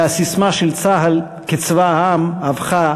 והססמה "צה"ל צבא העם" הפכה